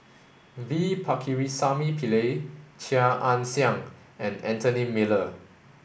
V Pakirisamy Pillai Chia Ann Siang and Anthony Miller